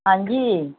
ਹਾਂਜੀ